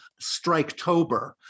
striketober